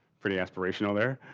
pretty aspirational there.